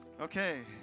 Okay